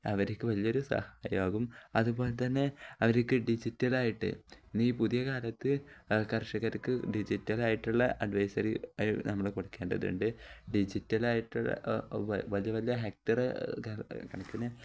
അവര്ക്കു വലിയൊരു സഹായമാകും അതുപോലെ തന്നെ അവര്ക്ക് ഡിജിറ്റലായിട്ട് ഇന്നീ പുതിയ കാലത്ത് കർഷകർക്ക് ഡിജിറ്റലായിട്ടുള്ള അഡ്വൈസറി നമ്മള് കൊടുക്കേണ്ടതുണ്ട് ഡിജിറ്റലായിട്ടുള്ള വലിയ വലിയ ഹെക്ടര് കണക്കിന്